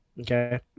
Okay